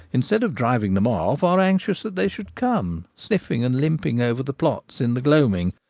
instead of driving them off, are anxious that they should come sniffing and limping over the plots in the gloaming,